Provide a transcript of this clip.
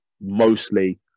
Mostly